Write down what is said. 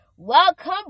Welcome